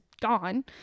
gone